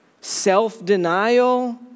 self-denial